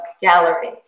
gallery